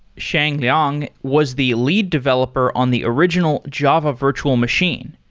sheng liang was the lead developer on the original java virtual machine.